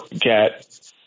get